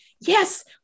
Yes